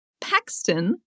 Paxton